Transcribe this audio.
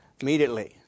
immediately